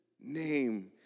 name